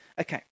Okay